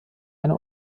eine